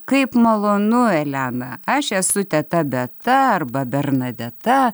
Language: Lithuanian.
kaip malonu elena aš esu teta beta arba bernadeta